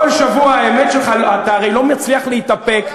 כל שבוע האמת שלך, אתה הרי לא מצליח להתאפק.